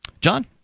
John